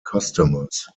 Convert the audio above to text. customers